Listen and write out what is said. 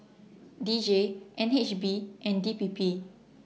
D J N H B and D P P